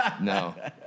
no